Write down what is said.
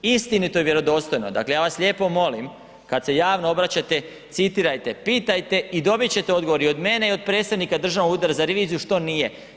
Istinito i vjerodostojno, dakle ja vas lijepo molim kad se javno obraćate citirajte, pitajte i dobit ćete odgovor i od mene i od predsjednika Državnog ureda za reviziju što nije.